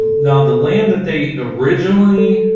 now the land that they originally